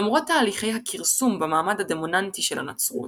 למרות תהליכי הכרסום במעמד הדומיננטי של הנצרות,